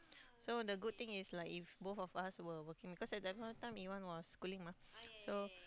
so the good thing is like if both of us were working because at that point time Iwan was schooling mah so